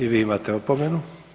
I vi imate opomenu.